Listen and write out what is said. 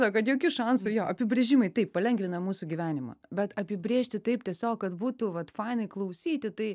to kad jokių šansų jo apibrėžimai taip palengvina mūsų gyvenimą bet apibrėžti taip tiesiog kad būtų vat fainai klausyti tai